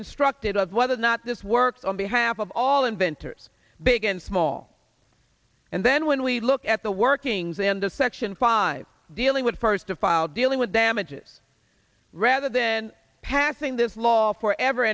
instructed of whether or not this works on behalf of all inventors big and small and then when we look at the workings and the section five dealing with first to file dealing with damages rather then passing this law for ever